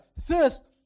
thirst